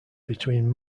between